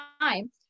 time